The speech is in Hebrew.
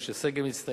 אנשי סגל מצטיינים.